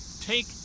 Take